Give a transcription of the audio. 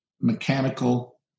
mechanical